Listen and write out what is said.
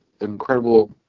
incredible